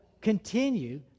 continue